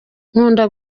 nkunda